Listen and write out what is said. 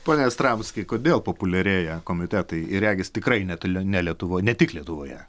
pone jastramski kodėl populiarėja komitetai jie regis tikrai netoli ne lietuvoj ne tik lietuvoje